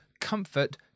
comfort